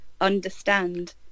understand